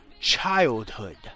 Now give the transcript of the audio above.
childhood